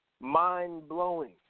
mind-blowing